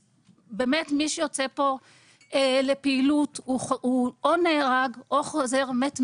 שבאמת מי שיוצא פה לפעילות הוא או נהרג או חוזר מת מהלך,